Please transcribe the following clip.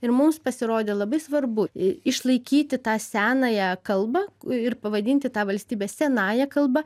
ir mums pasirodė labai svarbu išlaikyti tą senąją kalbą ir pavadinti tą valstybę senąja kalba